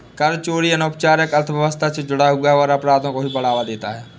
कर चोरी अनौपचारिक अर्थव्यवस्था से जुड़ा है और अपराधों को भी बढ़ावा देता है